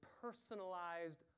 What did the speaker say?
personalized